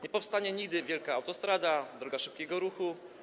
Nie powstanie tam nigdy wielka autostrada, droga szybkiego ruchu.